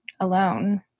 alone